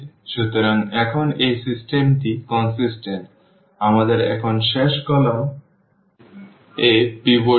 সুতরাং এখন এই সিস্টেমটি সামঞ্জস্যপূর্ণ আমাদের এখন শেষ কলাম এ পিভট নেই